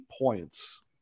points